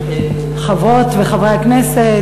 חברות וחברי הכנסת,